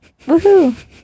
Woohoo